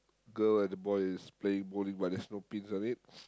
girl and boy is playing bowling but there's no pins on it